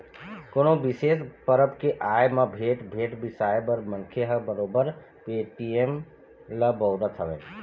कोनो बिसेस परब के आय म भेंट, भेंट बिसाए बर मनखे ह बरोबर पेटीएम ल बउरत हवय